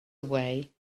away